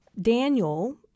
Daniel